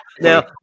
Now